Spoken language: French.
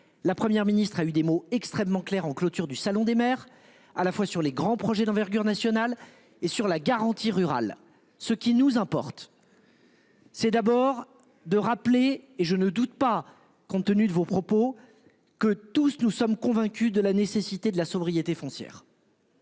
La Première ministre a eu des mots extrêmement clair en clôture du Salon des maires à la fois sur les grands projets d'envergure nationale et sur la garantie rural, ce qui nous importe. C'est d'abord de rappeler et je ne doute pas, compte tenu de vos propos que tous nous sommes convaincus de la nécessité de la sobriété foncière.--